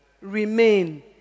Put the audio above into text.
Remain